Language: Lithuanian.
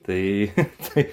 tai tai